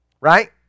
Right